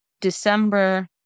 December